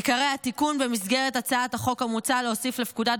עיקרי התיקון: במסגרת הצעת החוק מוצע להוסיף לפקודת